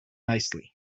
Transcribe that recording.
nicely